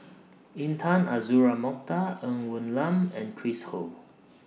Intan Azura Mokhtar Ng Woon Lam and Chris Ho